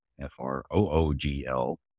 f-r-o-o-g-l